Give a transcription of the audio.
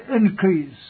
increase